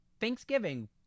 Thanksgiving